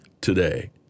today